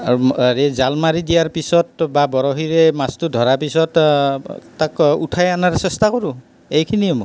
হেৰি জাল মাৰি দিয়াৰ পিছত বা বৰশীৰে মাছটো ধৰাৰ পিছত তাক উঠাই অনাৰ চেষ্টা কৰোঁ এইখিনিয়েই মোৰ